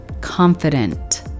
Confident